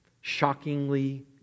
Shockingly